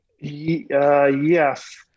Yes